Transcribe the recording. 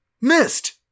Missed